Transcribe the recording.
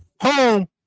home